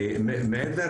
מעבר